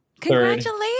Congratulations